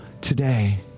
today